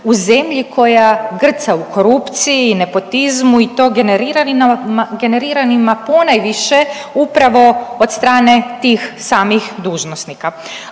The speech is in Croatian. u zemlji koja grca u korupciji i nepotizmu i to generiranima ponajviše upravo od strane tih samih dužnosnika.